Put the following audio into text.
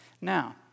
Now